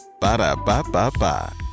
Ba-da-ba-ba-ba